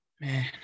Man